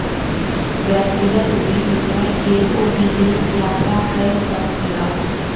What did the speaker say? व्यक्तिगत ऋण लय के ओ विदेश यात्रा कय सकला